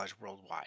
worldwide